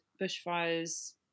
bushfires